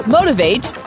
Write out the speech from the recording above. Motivate